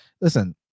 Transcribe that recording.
Listen